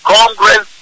Congress